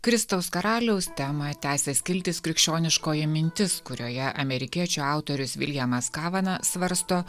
kristaus karaliaus temą tęsia skiltis krikščioniškoji mintis kurioje amerikiečių autorius viljamas kavana svarsto